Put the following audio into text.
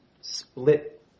split